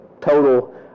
total